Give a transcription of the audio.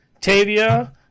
Tavia